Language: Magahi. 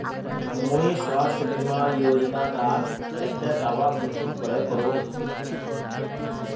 मुई स्वास्थ्य बीमा योजना डार केते दावा कुंसम करे करूम?